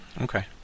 Okay